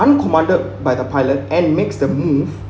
uncommanded by the pilot and makes the move